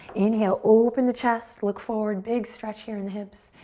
inhale, open the chest, look forward. big stretch here in the hips.